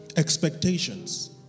expectations